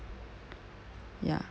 ya